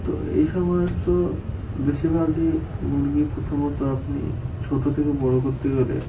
তো এই সমস্ত বেশিরভাগই মুরগি প্রথমত আপনি ছোট থেকে বড় করতে গেলে